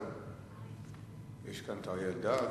ישנו כאן אריה אלדד,